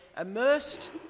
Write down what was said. immersed